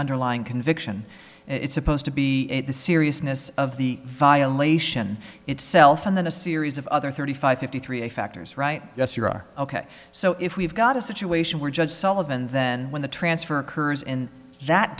underlying conviction it's supposed to be the seriousness of the violation itself and then a series of other thirty five fifty three factors right yes you are ok so if we've got a situation where judge sullivan then when the transfer occurs in that